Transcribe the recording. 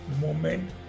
moment